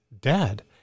dad